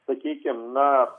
sakykime na